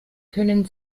können